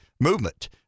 movement